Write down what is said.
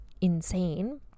insane